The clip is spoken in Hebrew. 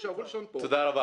תודה רבה.